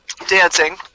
Dancing